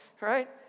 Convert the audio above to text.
right